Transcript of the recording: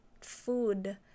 food